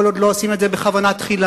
כל עוד לא עושים את זה בכוונה תחילה,